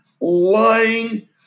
lying